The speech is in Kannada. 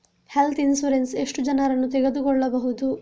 ಹೆಲ್ತ್ ಇನ್ಸೂರೆನ್ಸ್ ಎಷ್ಟು ಜನರನ್ನು ತಗೊಳ್ಬಹುದು?